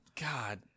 God